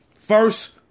First